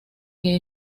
que